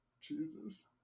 Jesus